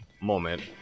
moment